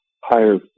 higher